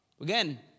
Again